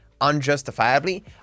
Unjustifiably